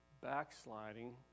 backsliding